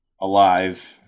alive